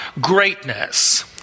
greatness